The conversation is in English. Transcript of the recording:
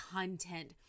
content